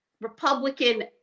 Republican